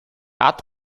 art